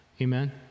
Amen